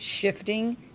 shifting